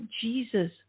Jesus